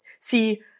See